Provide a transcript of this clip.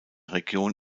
region